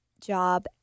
job